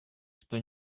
что